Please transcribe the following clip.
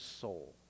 soul